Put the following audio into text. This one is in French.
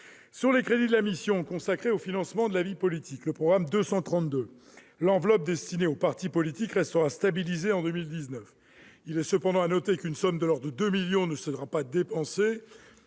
Sur les crédits de la mission consacrés au financement de la vie politique, le programme 232, l'enveloppe destinée aux partis politiques restera stabilisée en 2019. Il est cependant à noter qu'une somme de l'ordre de 2 millions d'euros ne sera pas dépensée,